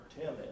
Tim